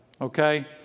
Okay